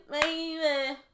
baby